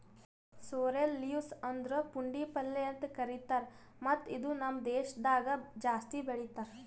sorrel leaves ಅಂದುರ್ ಪುಂಡಿ ಪಲ್ಯ ಅಂತ್ ಕರಿತಾರ್ ಮತ್ತ ಇದು ನಮ್ ದೇಶದಾಗ್ ಜಾಸ್ತಿ ಬೆಳೀತಾರ್